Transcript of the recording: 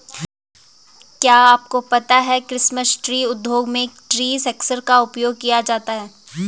क्या आपको पता है क्रिसमस ट्री उद्योग में ट्री शेकर्स का उपयोग किया जाता है?